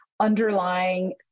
underlying